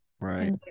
Right